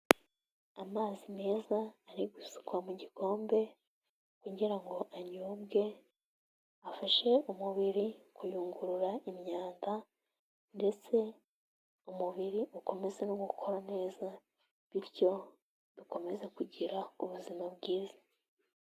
Amazi meza ari gusukwa mu gikombe kugira ngo anyobwe, afashe umubiri kuyungurura imyanda ndetse umubiri ukomeze no gukora neza, bityo dukomeze kugira ubuzima bwiza.